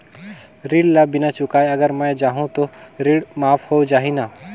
ऋण ला बिना चुकाय अगर मै जाहूं तो ऋण माफ हो जाही न?